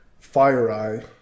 FireEye